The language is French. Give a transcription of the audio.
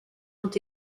ont